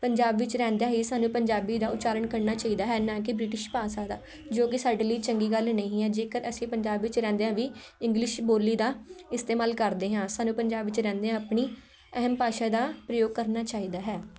ਪੰਜਾਬ ਵਿੱਚ ਰਹਿੰਦਿਆਂ ਹੀ ਸਾਨੂੰ ਪੰਜਾਬੀ ਦਾ ਉਚਾਰਨ ਕਰਨਾ ਚਾਹੀਦਾ ਹੈ ਨਾ ਕਿ ਬ੍ਰਿਟਿਸ਼ ਭਾਸ਼ਾ ਦਾ ਜੋ ਕਿ ਸਾਡੇ ਲਈ ਚੰਗੀ ਗੱਲ ਨਹੀਂ ਹੈ ਜੇਕਰ ਅਸੀਂ ਪੰਜਾਬ ਵਿੱਚ ਰਹਿੰਦਿਆਂ ਵੀ ਇੰਗਲਿਸ਼ ਬੋਲੀ ਦਾ ਇਸਤੇਮਾਲ ਕਰਦੇ ਹਾਂ ਸਾਨੂੰ ਪੰਜਾਬ ਵਿੱਚ ਰਹਿੰਦਿਆਂ ਆਪਣੀ ਅਹਿਮ ਭਾਸ਼ਾ ਦਾ ਪ੍ਰਯੋਗ ਕਰਨਾ ਚਾਹੀਦਾ ਹੈ